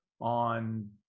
on